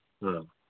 ꯑ